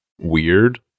weird